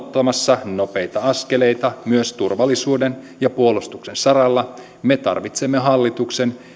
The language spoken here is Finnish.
ottamassa nopeita askeleita myös turvallisuuden ja puolustuksen saralla me tarvitsemme hallituksen